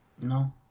No